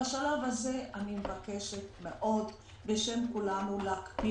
בשלב הזה אני מבקשת מאוד בשם כולנו להקפיא